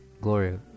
Gloria